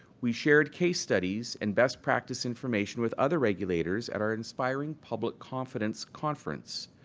we shared case studies and best practise information with other regulators at our inspiring public confidence conference,